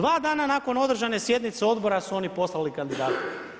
2 dana nakon održavane sjednice odbora su oni postali kandidati.